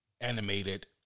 animated